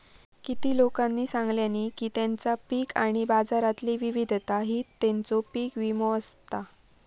किती लोकांनी सांगल्यानी की तेंचा पीक आणि बाजारातली विविधता हीच तेंचो पीक विमो आसत